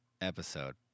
episode